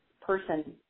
person